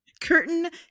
Curtain